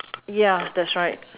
ya that's right